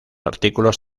artículos